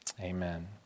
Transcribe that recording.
Amen